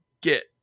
get